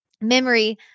memory